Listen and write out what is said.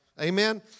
Amen